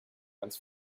ganz